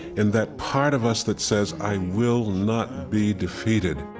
and that part of us that says, i will not be defeated.